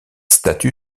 statue